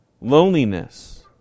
Loneliness